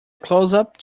closeup